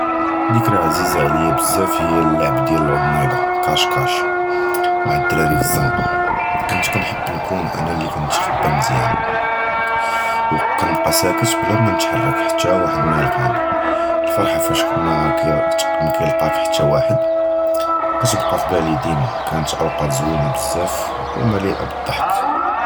דִכְרַא עֲזִיזָה עַלִיָּא בְזַאפ הִי הַלְעַבּ דִיַּל הַגְּמִידָה קַאש קַאש מַעַ הַדְּרַארִי פַלְזַנְקָה, קִנְת קִנְחַבּ נְקוּן אָנָא לִי קִנְתְחַבִּּי מְזִיַאן, וְקִנְבְקִי סַאקְת בְּלָא מַא נִתְחַרֵק, חַתַּּא וַחַד מַא יַלְקַאנִי, הַפְרַחָה פַאש קִנְוָא קַא יִתְקּ, מַא קִיְלְקַאנִש חַתַּּּּא וַחַד, תִּבְקָּא פִבַּלִי דִימָא קִנְת אֻווַקָאט זְווִינִין בְזַאפ וּמַלִי'א בַּדְדַחְק.